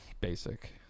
Basic